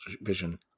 vision